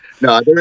no